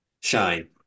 shine